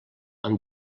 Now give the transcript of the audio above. amb